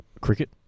Cricket